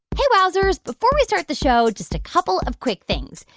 hey, wowzers. before we start the show, just a couple of quick things.